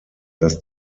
dass